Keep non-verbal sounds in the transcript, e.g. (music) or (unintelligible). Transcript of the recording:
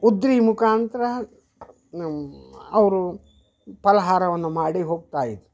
(unintelligible) ಮುಖಾಂತರ ನಮ್ಮ ಅವರು ಫಲಾಹಾರವನ್ನು ಮಾಡಿ ಹೋಗ್ತಾ ಇದ್ರು